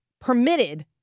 permitted